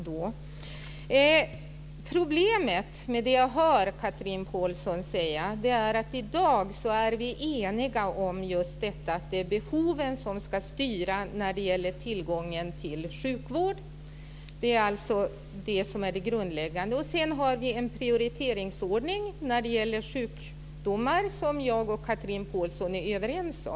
Det finns ett problem med det jag hör Chatrine Pålsson säga. I dag är vi eniga om att det är behoven som ska styra när det gäller tillgången till sjukvård. Det är det grundläggande. Sedan har vi en prioriteringsordning när det gäller sjukdomar som jag och Chatrine Pålsson är överens om.